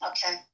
Okay